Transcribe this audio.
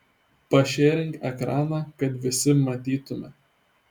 pašėrink ekraną kad visi matytume